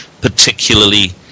particularly